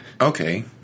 Okay